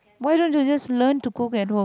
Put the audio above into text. why don't you just learn to go back home